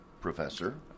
professor